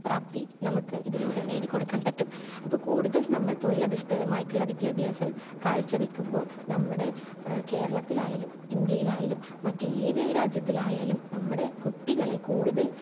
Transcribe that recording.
പ്രാപ്തി നമുക്ക് ഇതിലൂടെ നേടിക്കൊടുക്കാൻ പറ്റും അപ്പോൾ കൂടുതൽ നമ്മൾ തൊഴിലധിഷ്ഠിതമായിട്ടുള്ള വിദ്യാഭ്യാസം കാഴ്ച വെക്കുമ്പോൾ നമ്മുടെ കേരളത്തിലായാലും ഇന്ത്യയിലായാലും മറ്റ് ഏത് രാജ്യത്തിലായാലും നമ്മുടെ കുട്ടികളെ കൂടുതൽ